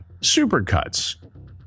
Supercuts